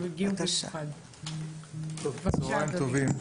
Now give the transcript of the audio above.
צהריים טובים.